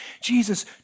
Jesus